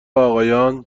آقایان